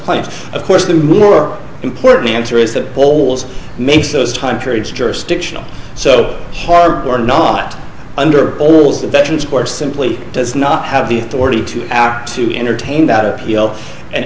claims of course the more important answer is that polls makes those time periods jurisdictional so hard or not under polls the veteran sports simply does not have the authority to act to entertain that appeal and